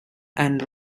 and